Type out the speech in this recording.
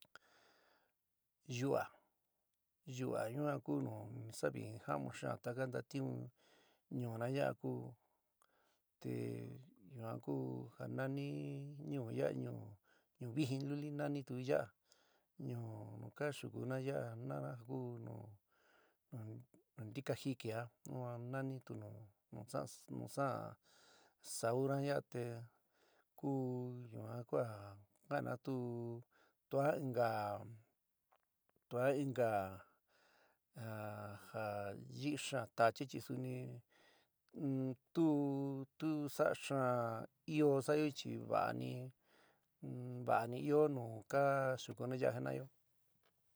Yu'á, yu'á yuan ku nu ni sa'a vijɨn jámu xaán taka ntatiún ñuúna yaa ku te yuan ku ja nani ñuú ya'a ñuú vijɨn luli nanitú ya'a kaxukuná ya'a jina'ana ku nu ntikajikɨ ah suan nanitu nu sa'an sa'an sa'una ya te ku yuan kua kaaná tu tua inka tua inka jaja yií xaán tachí chi suni un tu tu sa'á xaán ɨó sa'ayo chi va'ani va'ani ɨó nu kasukuna ya'a jina'ayo.